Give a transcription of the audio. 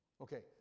Okay